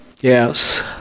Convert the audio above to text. Yes